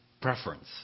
preference